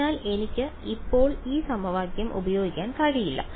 അതിനാൽ എനിക്ക് ഇപ്പോൾ ഈ സമവാക്യം ഉപയോഗിക്കാൻ കഴിയില്ല